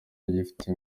ugifite